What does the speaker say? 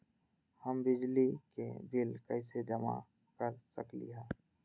हम बिजली के बिल कईसे जमा कर सकली ह?